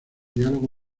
diálogo